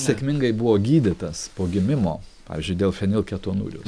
sėkmingai buvo gydytas po gimimo pavyzdžiui dėl fenilketonurijos